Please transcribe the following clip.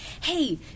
hey